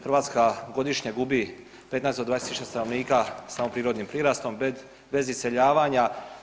Hrvatska godišnje gubi 15 do 20 000 stanovnika samo prirodnim prirastom bez iseljavanja.